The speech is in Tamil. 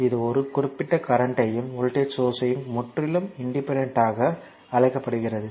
இது ஒரு குறிப்பிட்ட கரண்ட்யையும் வோல்ட்டேஜ் சோர்ஸ் முற்றிலும் இன்டிபெண்டன்ட்டாக அழைக்கப்படுகிறது